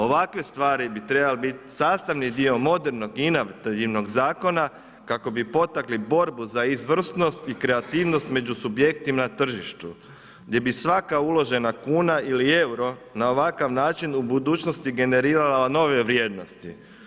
Ovakve stvari bi trebale biti sastavni dio modernog inovativnog zakona, kako bi potakli borbu za izvrsnost i kreativnost među subjektima na tržištu gdje bi svaka uložena kuna ili euro na ovakav način u budućnosti generirala nove vrijednosti.